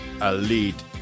elite